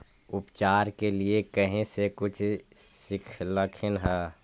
उपचार के लीये कहीं से कुछ सिखलखिन हा?